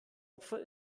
opfer